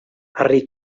harri